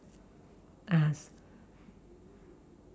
(uh huh)